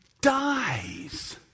dies